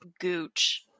gooch